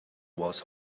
was